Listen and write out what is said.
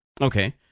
Okay